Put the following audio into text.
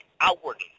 outwardly